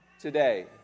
today